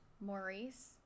Maurice